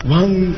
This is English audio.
one